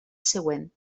següent